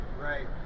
Right